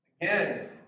Again